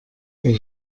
une